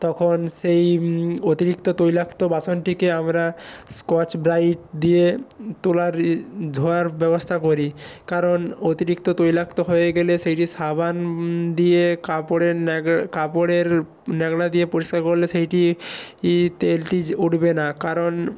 তখন সেই অতিরিক্ত তৈলাক্ত বাসনটিকে আমরা স্কচ ব্রাইট দিয়ে তোলার ধোয়ার ব্যবস্থা করি কারণ অতিরিক্ত তৈলাক্ত হয়ে গেলে সেইটি সাবান দিয়ে কাপড়ের কাপড়ের ন্যাকড়া দিয়ে পরিষ্কার করলে সেইটি তেলটি উঠবে না কারণ